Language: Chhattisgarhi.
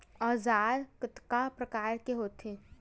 औजार कतना प्रकार के होथे?